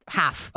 half